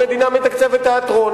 המדינה מתקצבת תיאטרון,